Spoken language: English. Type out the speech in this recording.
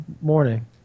morning